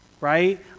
Right